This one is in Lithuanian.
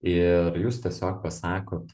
ir jūs tiesiog pasakot